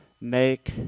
make